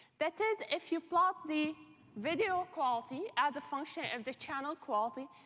that is, if you plot the video quality as a function of the channel quality,